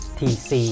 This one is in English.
tc